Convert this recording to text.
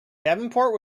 davenport